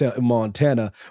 Montana